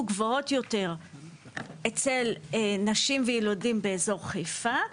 גבוהות יותר אצל נשים וילודים באזור חיפה,